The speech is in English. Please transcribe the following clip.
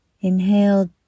Inhale